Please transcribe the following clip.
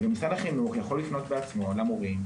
משרד החינוך יכול לפנות בעצמו למורים,